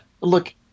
Look